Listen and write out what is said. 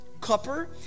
copper